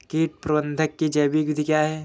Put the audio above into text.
कीट प्रबंधक की जैविक विधि क्या है?